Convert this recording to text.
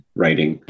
writing